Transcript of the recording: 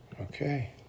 Okay